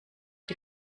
die